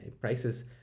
prices